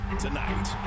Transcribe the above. Tonight